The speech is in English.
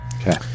Okay